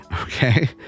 okay